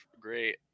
great